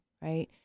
Right